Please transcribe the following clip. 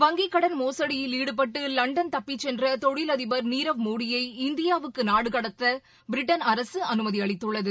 வங்கிக் கடன் மோசுடியில் ஈடுபட்டு லண்டன் தப்பிச் சென்ற தொழில் அதிபர் நீரவ் மோடியை இந்தியாவுக்கு நாடு கடத்த பிரிட்டன் அரசு அனுமதி அளித்துள்ளது